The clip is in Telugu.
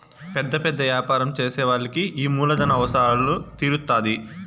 పెద్ద పెద్ద యాపారం చేసే వాళ్ళకి ఈ మూలధన అవసరాలు తీరుత్తాధి